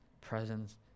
presence